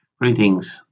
Greetings